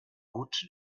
route